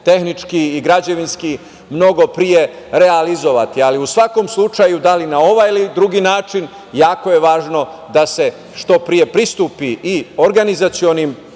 tehnički i građevinski mnogo pre realizovati, ali u svakom slučaju da li na ovaj ili drugi način jako je važno da se što pre pristupi i organizacionim